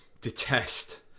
detest